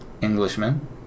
Englishman